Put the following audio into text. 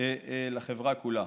לחברה כולה.